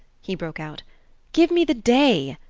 he broke out give me the day!